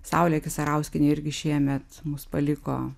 saulė kisarauskienė irgi šiemet mus paliko